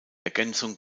ergänzung